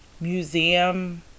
museum